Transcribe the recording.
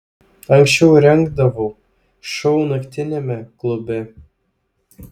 anksčiau rengdavau šou naktiniame klube